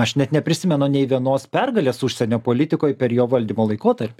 aš net neprisimenu nei vienos pergalės užsienio politikoj per jo valdymo laikotarpį